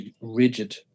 rigid